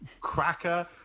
cracker